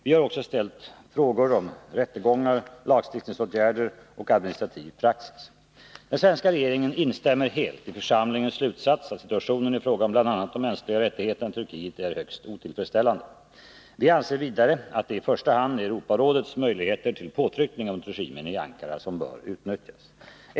Vi har också ställt frågor om rättegångar, lagstiftningsåtgärder och administrativ praxis. Den svenska regeringen instämmer helt i församlingens slutsats att situationen i fråga om bl.a. de mänskliga rättigheterna i Turkiet är högst otillfredsställande. Vi anser vidare, att det i första hand är Europarådets möjligheter till påtryckningar mot regimen i Ankara som bör utnyttjas.